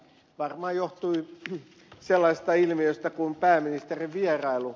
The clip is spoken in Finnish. varmaan johtui sellaisesta ilmiöstä kuin pääministerin vierailu